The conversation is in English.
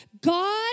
God